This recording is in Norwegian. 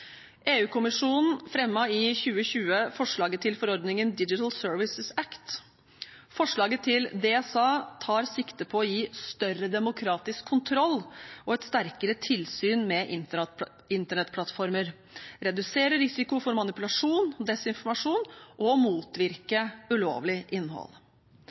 i 2020 forslaget til forordningen Digital Services Act, DSA. Forslaget til DSA tar sikte på å gi større demokratisk kontroll og et sterkere tilsyn med internettplattformer, redusere risiko for manipulasjon og desinformasjon og motvirke ulovlig innhold.